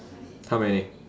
how many